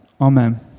Amen